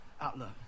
outlook